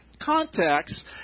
context